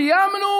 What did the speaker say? קיימנו,